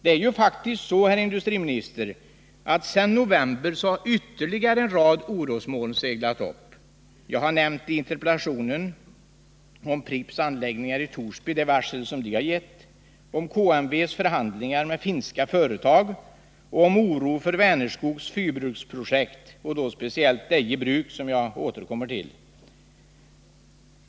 Det är faktiskt så, herr industriminister, att ytterligare en rad orosmoln har seglat upp sedan i november. Jag har i interpellationen nämnt det varsel Pripps anläggningar i Torsby lämnat, jag har nämnt KMW:s förhandlingar med finska företag och jag har nämnt oron för Vänerskogs fyrabruksprojekt, och då speciellt Deje Bruk, som jag återkommer till.